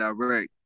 direct